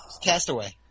Castaway